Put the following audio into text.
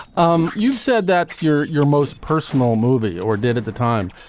um you said that you're your most personal movie or did at the time?